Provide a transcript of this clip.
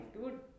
dude